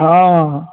हँ